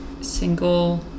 single